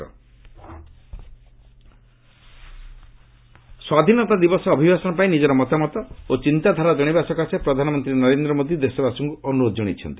PM independence ସ୍ୱାଧୀନତା ଦିବସ ଅଭିଭାଷଣ ପାଇଁ ନିଜର ମତାମତ ଓ ଚିନ୍ତାଧାରା ଜଣାଇବା ସକାଶେ ପ୍ରଧାନମନ୍ତ୍ରୀ ନରେନ୍ଦ୍ର ମୋଦି ଦେଶବାସୀଙ୍କୁ ଅନୁରୋଧ ଜଣାଇଛନ୍ତି